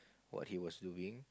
what he was doing